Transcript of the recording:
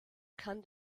kann